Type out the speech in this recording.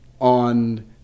on